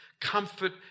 Comfort